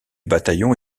bataillon